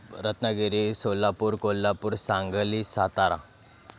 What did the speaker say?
Ratnagiri Solapur Kolhapur Sangli Satara